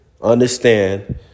Understand